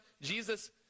Jesus